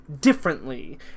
differently